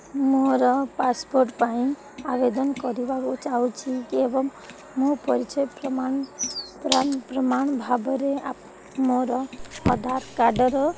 ମୋର ପାସ୍ପୋର୍ଟ୍ ପାଇଁ ଆବେଦନ କରିବାକୁ ଚାହୁଁଛି ଏବଂ ମୋ ପରିଚୟ ପ୍ରମାଣ ପ୍ରମାଣ ଭାବରେ ମୋର ଅଧାର କାର୍ଡ଼୍ର